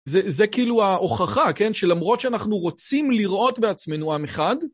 זה כאילו ההוכחה, כן, שלמרות שאנחנו רוצים לראות בעצמנו עם אחד.